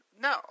no